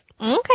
okay